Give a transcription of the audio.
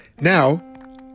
now